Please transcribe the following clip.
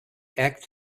act